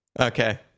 Okay